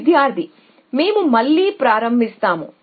విద్యార్థి మేము మళ్ళీ ప్రారంభిస్తాము